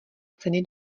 ceny